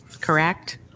Correct